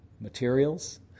materials